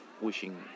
wishing